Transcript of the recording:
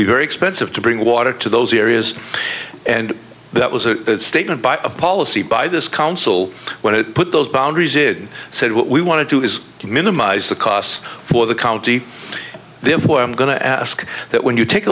be very expensive to bring water to those areas and that was a statement by a policy by this council when it put those boundaries it said what we want to do is to minimise the costs for the county they employ i'm going to ask that when you take